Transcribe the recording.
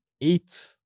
eight